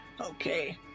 Okay